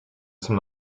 zum